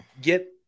get